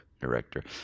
director